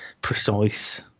precise